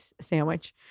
sandwich